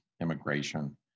immigration